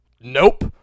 Nope